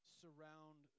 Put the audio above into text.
surround